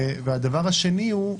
והדבר השני הוא,